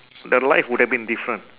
the life would have been different